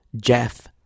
Jeff